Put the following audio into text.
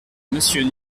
monsieur